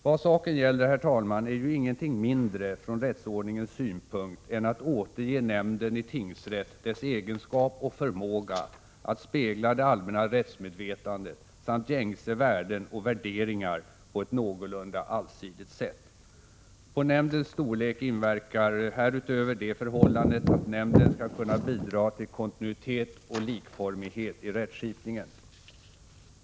Vad saken gäller, herr talman, är ju ingenting mindre från rättsordningens synpunkt än att återge nämnden i tingsrätten dess egenskap och förmåga att spegla det allmänna rättsmedvetandet samt gängse värden och värderingar på ett någorlunda allsidigt sätt. På nämndens storlek inverkar härutöver det förhållandet att nämnden skall kunna bidra till kontinuitet och likformighet i rättsskipningen.